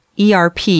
ERP